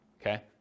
okay